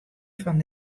fan